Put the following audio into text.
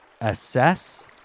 assess